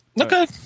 Okay